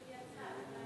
היא יצאה.